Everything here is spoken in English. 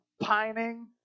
pining